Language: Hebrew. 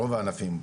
רוב הענפים,